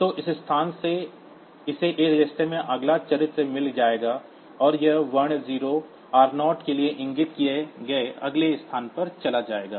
तो इस तरह से इसे A रजिस्टर में अगला चरित्र मिल जाएगा और यह वर्ण r0 होने के लिए इंगित किए गए अगले स्थान पर चला जाएगा